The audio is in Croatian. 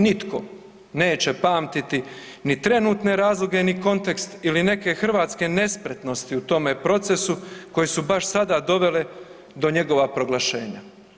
Nitko neće pamtiti ni trenutne razloge ni kontekst ili neke hrvatske nespretnosti u tome procesu koje su baš sada dovele do njegova proglašenja.